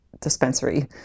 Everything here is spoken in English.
dispensary